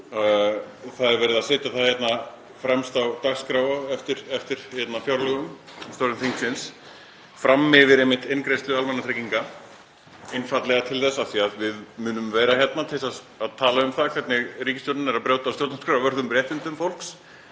Það er verið að setja það hérna fremst á dagskrá á eftir fjárlögum, störfum þingsins, fram yfir eingreiðslu almannatrygginga, einfaldlega af því að við munum vera hérna til að tala um það hvernig ríkisstjórnin er að brjóta á stjórnarskrárvörðum réttindum fólks.